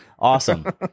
awesome